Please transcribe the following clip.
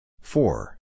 Four